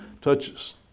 touches